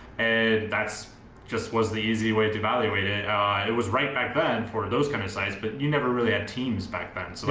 and that's just was the easy way to valuate it. it was right back then for those kind a of sites. but you never really had teams back then. so